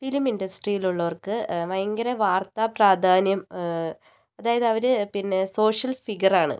film ഇൻഡസ്ട്രിയിലുള്ളവർക്ക് ഭയങ്കര വാർത്താപ്രാധാന്യം അതായത് അവർ പിന്നെ സോഷ്യൽ ഫിഗർ ആണ്